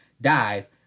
Dive